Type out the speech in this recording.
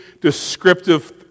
descriptive